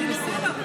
הכול בסדר.